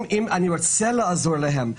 עם רצון לעזור להם,